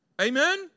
amen